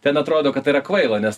ten atrodo kad tai yra kvaila nes